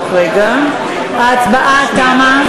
ההצבעה תמה.